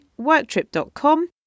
worktrip.com